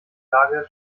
lage